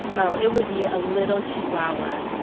oh, it would be a little chihuahua,